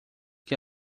que